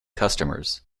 customers